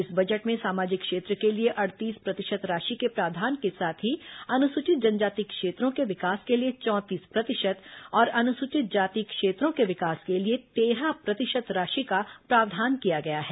इस बजट में सामाजिक क्षेत्र के लिए अड़तीस प्रतिशत राशि के प्रावधान के साथ ही अनुसूचित जनजाति क्षेत्रों के विकास के लिए चौंतीस प्रतिशत और अनुसूचित जाति क्षेत्रों के विकास के लिए तेरह प्रतिशत राशि का प्रावधान किया गया है